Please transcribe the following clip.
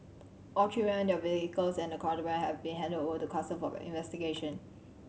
all three men their vehicles and the contraband have been handed over to Customs for investigation